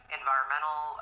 environmental